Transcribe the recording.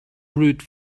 ruth